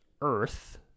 earth